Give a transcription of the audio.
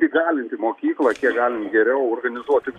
įgalinti mokyklą kiek galim geriau organizuoti